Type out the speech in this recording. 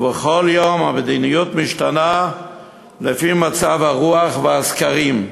ובכל יום המדיניות משתנה לפי מצב הרוח והסקרים.